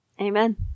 Amen